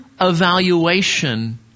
evaluation